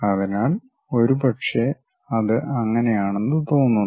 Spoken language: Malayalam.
അതിനാൽ ഒരുപക്ഷേ അത് അങ്ങനെയാണെന്ന് തോന്നുന്നു